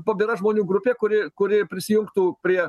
pabira žmonių grupė kuri kuri prisijungtų prie